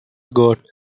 got